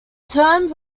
terms